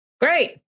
Great